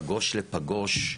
פגוש לפגוש.